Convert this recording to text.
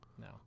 No